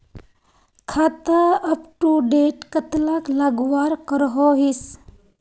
खाता अपटूडेट कतला लगवार करोहीस?